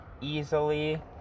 easily